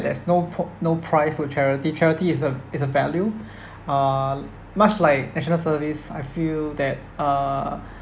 there's no po~ no price for charity charity is a is a value uh much like national service I feel that uh